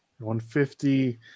150